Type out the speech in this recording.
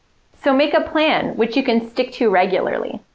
so make a plan which you can stick to regularly!